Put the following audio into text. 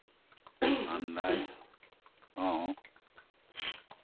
ᱟᱱᱫᱟᱡ ᱦᱚᱸ